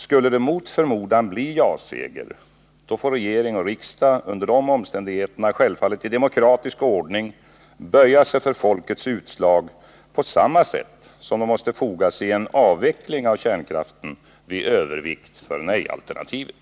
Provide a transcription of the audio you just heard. Skulle det mot förmodan bli ja-seger får regering och riksdag under dessa omständigheter självfallet i demokratisk ordning böja sig för folkets utslag på samma sätt som de måste foga sig i en avveckling av kärnkraften vid övervikt för nej-alternativet.